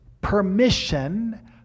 permission